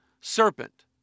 serpent